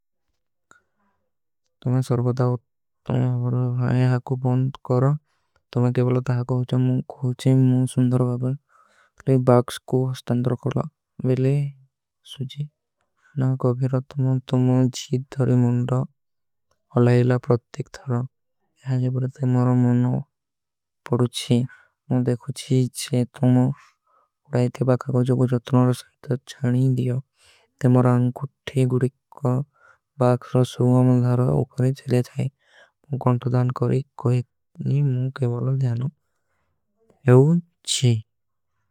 ତୁମ୍ହେଂ ସର୍ଵଧାଵତ ତୁମ୍ହେଂ ଆପକା ଵ୍ଯାଖ୍ଯାନ। ମେଂ ଆପକା ସ୍ଵାଗତ ହୈ ତୁମ୍ହେଂ କ୍ଯୋଂ ବଲଲା ଦାଖା ହୋଚା ମୁଝେ ଖୋଚେଂ। ମୁଝେ ସୁନ୍ଧର ଭାଵନ ତୁମ୍ହେଂ ବାକ୍ସ କୋ ସ୍ଥାନ୍ଦର କରଵା ବିଲେ ସୁଝୀ। ନା ଗଭୀରତମା ତୁମ୍ହେଂ ଜୀଦ ଧରୀ ମୁଂଦା। ଅଲାଈଲା ପ୍ରତ୍ତିକ ଧରା। ଯହାଁ ଜବର ତେ ମରା ମୁନା ପରୁଛୀ।